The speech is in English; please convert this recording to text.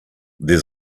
there